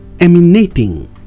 emanating